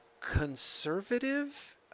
conservative